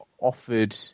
offered